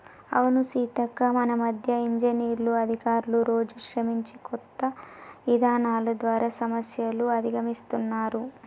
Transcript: అవును సీతక్క ఈ మధ్య ఇంజనీర్లు అధికారులు రోజు శ్రమించి కొత్త ఇధానాలు ద్వారా సమస్యలు అధిగమిస్తున్నారు